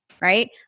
right